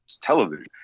television